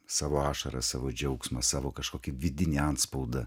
savo ašaras savo džiaugsmą savo kažkokį vidinį antspaudą